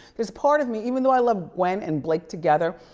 there's part of me, even though i love gwen and blake together,